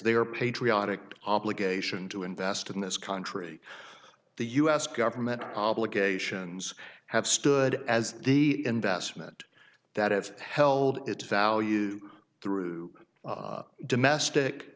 their patriotic obligation to invest in this country the us government obligations have stood as the investment that have held its value through domestic